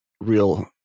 real